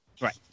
right